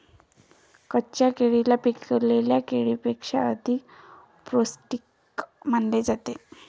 कच्च्या केळीला पिकलेल्या केळीपेक्षा अधिक पोस्टिक मानले जाते